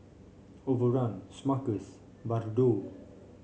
Overrun Smuckers Bardot